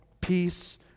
peace